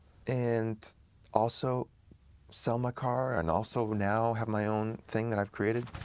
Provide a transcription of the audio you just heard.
and also sell my car, and also now have my own thing that i've created,